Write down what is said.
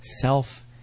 Self